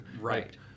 Right